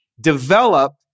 develop